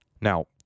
Now